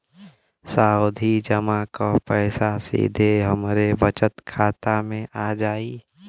सावधि जमा क पैसा सीधे हमरे बचत खाता मे आ जाई?